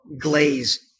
glaze